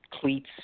cleats